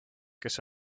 kes